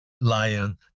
lion